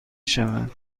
شود